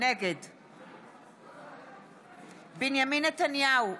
נגד בנימין נתניהו,